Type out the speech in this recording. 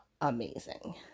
amazing